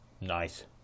Nice